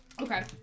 Okay